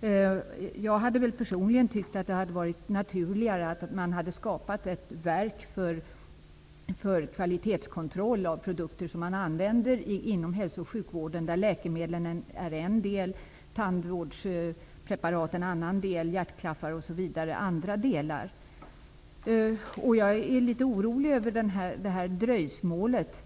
detta. Jag tycker personligen att det hade varit naturligare att man hade skapat ett verk för kvalitetskontroll av produkter som man använder inom hälso och sjukvården. Där är läkemedlen en del, tandvårdspreparat en annan del och hjärtklaffar osv. ytterligare andra delar. Jag är litet orolig över dröjsmålet.